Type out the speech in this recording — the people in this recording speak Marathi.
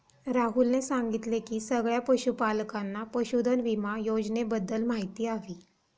राहुलने सांगितले की सगळ्या पशूपालकांना पशुधन विमा योजनेबद्दल माहिती हवी